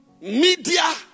Media